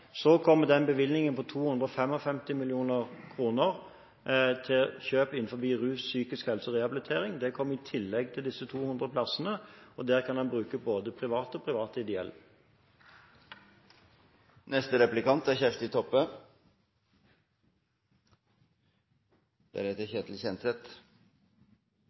Så kommer bevilgningen på 255 mill. kr til kjøp innen rus, psykisk helse og rehabilitering. Det kommer i tillegg til disse 200 plassene, og der kan man bruke både private og private ideelle.